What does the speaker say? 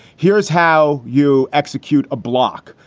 here's how you execute a block.